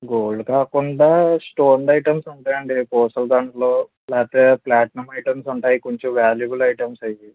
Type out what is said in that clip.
gold కాకుండా stoned items ఉంటాయండి పూసల దండలు లేకపోతే ప్లాటినం ఐటమ్స్ ఉంటాయి కొంచెం వ్యాల్యబుల్ ఐటమ్స్ అవి